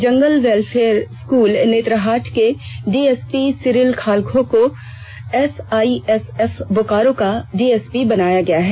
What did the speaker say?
जंगल warfare school Netarhat के DSP Cyril खलखो को एसआइएसएफ बोकारो का डीएसपी बनाया गया है